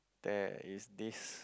there is this